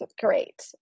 great